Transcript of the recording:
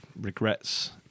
regrets